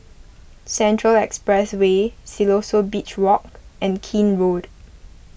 Central Expressway Siloso Beach Walk and Keene Road